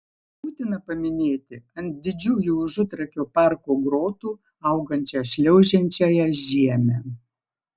būtina paminėti ant didžiųjų užutrakio parko grotų augančią šliaužiančiąją žiemę